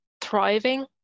thriving